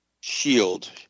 shield